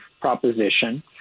proposition